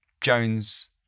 Jones